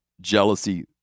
Jealousy